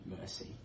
mercy